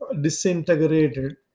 disintegrated